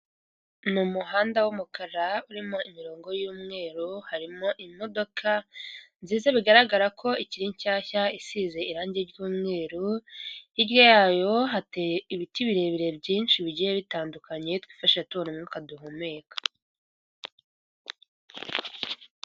Ni muhanda w'umukara urimo imirongo y'umweru, harimo imodoka nziza bigaragara ko ikiri nshyashya isize irangi ry'umweru, hirya yayo hateye ibiti birebire byinshi bigiye bitandukanye twifashisha tubona umwuka duhumeka.